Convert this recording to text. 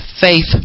faith